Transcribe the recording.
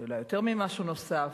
אולי יותר ממשהו נוסף.